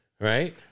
right